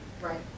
Right